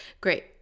great